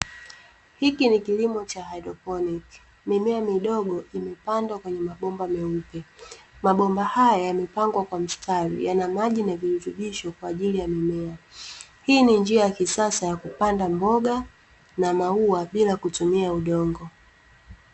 Hiki ni kilimo cha haidroponiki, mimea midogo imepandwa kwenye mabomba meupe. Mabomba haya yamepangwa kwa mstari, yana maji na virutubisho kwa ajili ya mimea. Hii ni njia ya kisasa ya kupanda mboga na maua bila kutumia udongo.